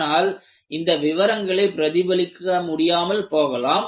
ஆனால் இந்த விவரங்களை பிரதிபலிக்க முடியாமல் போகலாம்